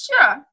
sure